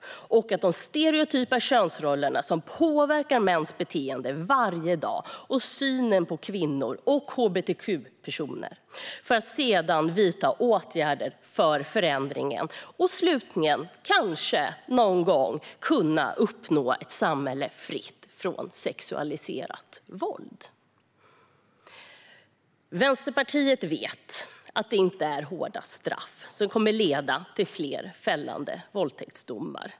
Vi måste se att de stereotypa könsrollerna påverkar mäns beteenden och syn på kvinnor och hbtq-personer för att sedan vidta åtgärder för förändring och slutligen kanske någon gång uppnå ett samhälle som är fritt från sexualiserat våld. Vänsterpartiet vet att det inte är hårda straff som kommer att leda till fler fällande våldtäktsdomar.